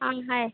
हाँ है